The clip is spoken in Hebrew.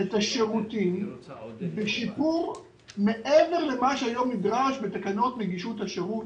את השירותים בשיפור מעבר למה שהיום נדרש בתקנות נגישות השירות,